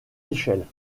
échelles